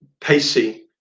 pacey